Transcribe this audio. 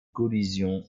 collision